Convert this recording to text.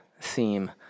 theme